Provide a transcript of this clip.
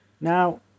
Now